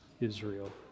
Israel